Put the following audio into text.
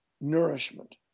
Nourishment